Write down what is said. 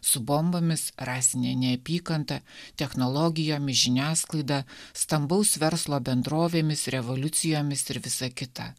su bombomis rasine neapykanta technologijomis žiniasklaida stambaus verslo bendrovėmis revoliucijomis ir visa kita